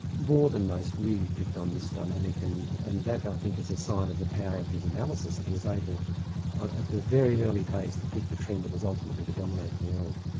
more than most, really picked on this dynamic and and that i think is a sign of the power of his analysis, that he was able at the very early days, to pick the trend that was ultimately to dominate the world.